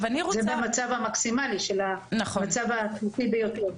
זה במצב המקסימלי, במצב האקוטי ביותר.